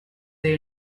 they